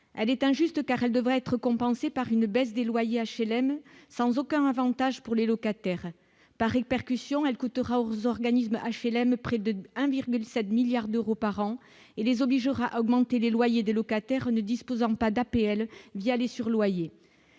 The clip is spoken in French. elle est injuste car elle devrait être compensée par une baisse des loyers HLM sans aucun Avantage pour les locataires, Paris, percussions, elle coûtera aux organismes HLM près de 1,7 1000000000 d'euros par an et les obligera à augmenter les loyers des locataires ne disposant pas d'APL via les surloyers,